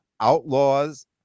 Outlaws